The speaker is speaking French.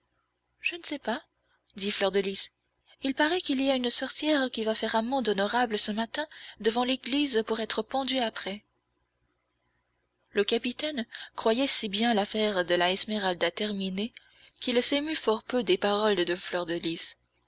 je ne sais pas dit fleur de lys il paraît qu'il y a une sorcière qui va faire amende honorable ce matin devant l'église pour être pendue après le capitaine croyait si bien l'affaire de la esmeralda terminée qu'il s'émut fort peu des paroles de fleur de lys